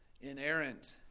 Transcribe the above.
inerrant